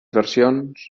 versions